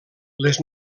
les